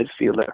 midfielder